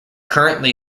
currently